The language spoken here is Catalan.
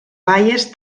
baies